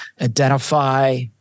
identify